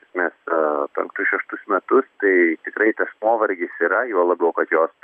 iš esmės penktus šeštus metus tai tikrai tas nuovargis yra juo labiau kad jos